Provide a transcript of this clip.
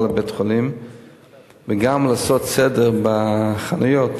לבית-חולים וגם בא לעשות סדר בחניות,